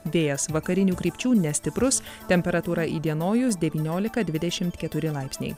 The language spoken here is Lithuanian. vėjas vakarinių krypčių nestiprus temperatūra įdienojus devyniolika dvidešimt keturi laipsniai